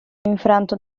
infranto